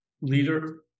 leader